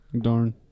Darn